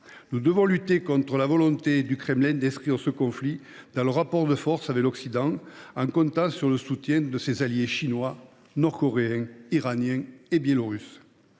Nous devons lutter contre la volonté du Kremlin d’inscrire ce conflit dans un rapport de force avec l’Occident, en comptant sur le soutien de ses alliés chinois, nord coréen, iranien et biélorusse.